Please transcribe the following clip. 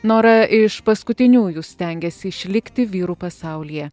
nora iš paskutiniųjų stengiasi išlikti vyrų pasaulyje